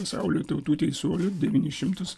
pasaulio tautų teisuolių devynis šimtus